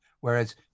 whereas